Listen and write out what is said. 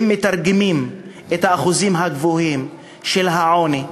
אם מתרגמים את האחוזים הגבוהים של העוני,